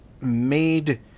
made